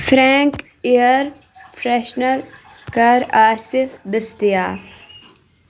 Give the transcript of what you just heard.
Frank air freshener کر آسہِ دٔستِیاب؟